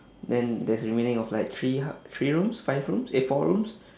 then there's remaining of like three h~ three rooms five rooms eh four rooms